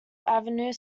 avenue